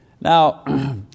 Now